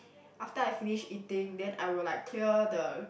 after I finish eating then I will like clear the